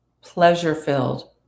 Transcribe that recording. pleasure-filled